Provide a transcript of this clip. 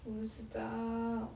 我要吃到